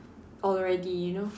already you know